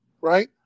right